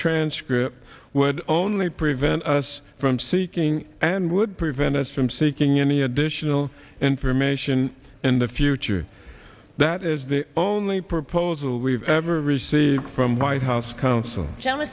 transcript would only prevent us from seeking and would prevent us from seeking any additional information in the future that is the only proposal we've ever received from white house coun